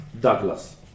Douglas